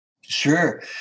Sure